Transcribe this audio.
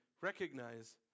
recognize